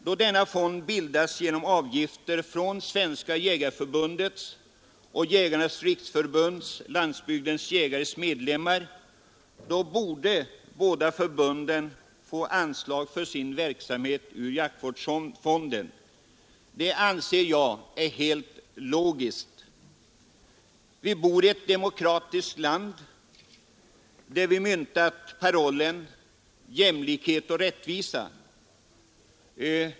Då denna fond bildas genom avgifter från Svenska jägareförbundets och Jägarnas riksförbund-Landsbygdens jägares medlemmar, borde båda förbunden få anslag för sin verksamhet ur jaktvårdsfonden. Det anser jag är helt logiskt. Vi bor i ett demokratiskt land, där vi myntat parollen Jämlikhet och rättvisa.